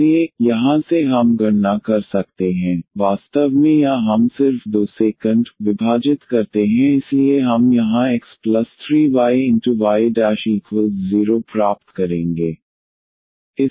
इसलिए यहां से हम गणना कर सकते हैं वास्तव में या हम सिर्फ 2 से विभाजित करते हैं इसलिए हम यहां x3yy0 प्राप्त करेंगे